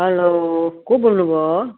hello को बोल्नु भयो